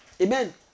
Amen